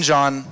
John